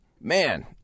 Man